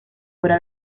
fuera